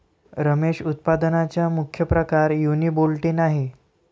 रेशम उत्पादनाचा मुख्य प्रकार युनिबोल्टिन आहे